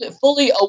Fully